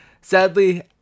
sadly